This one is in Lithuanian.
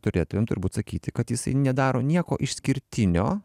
turėtumėm turbūt sakyti kad jisai nedaro nieko išskirtinio